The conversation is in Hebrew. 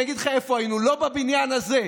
אני אגיד לך איפה היינו: לא בבניין הזה.